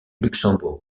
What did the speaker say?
luxembourg